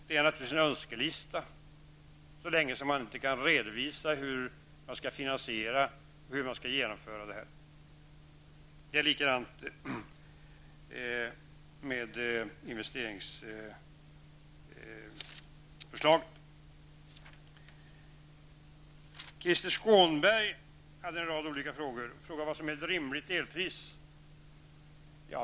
Det är naturligtvis en önskelista, så länge man inte kan redovisa hur man skall finansiera och genomföra detta. Det är på samma sätt när det gäller investeringsförslagen. Krister Skånberg hade en rad olika frågor, bl.a. vad som är ett rimligt elpris.